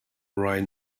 right